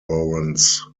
warrants